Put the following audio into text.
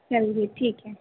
चलिए ठीक है